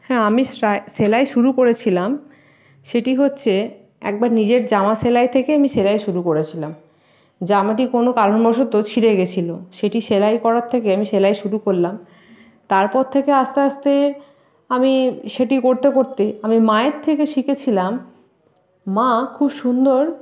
হ্যাঁ আমি সেলাই শুরু করেছিলাম সেটি হচ্ছে একবার নিজের জামা সেলাই থেকে আমি সেলাই শুরু করেছিলাম জামাটি কোনো কারণবশত ছিঁড়ে গেছিল সেটি সেলাই করার থেকে আমি সেলাই শুরু করলাম তারপর থেকে আস্তে আস্তে আমি সেটি করতে করতে আমি মায়ের থেকে শিখেছিলাম মা খুব সুন্দর